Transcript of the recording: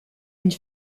une